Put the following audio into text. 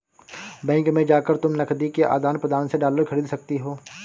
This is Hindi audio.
बैंक में जाकर तुम नकदी के आदान प्रदान से डॉलर खरीद सकती हो